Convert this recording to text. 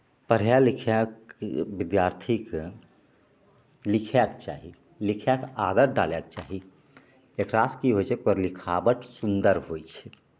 पढ़ै लिखैके विद्यार्थीके लिखैके चाही लिखैके आदत डालैके चाही लिखलासे कि होइ छै ओकर लिखावट सुन्दर होइ छै